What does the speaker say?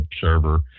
server